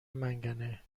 منگنه